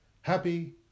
Happy